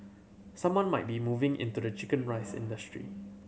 someone might be moving into the chicken rice industry